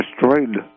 destroyed